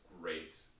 great